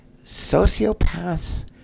Sociopaths